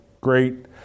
great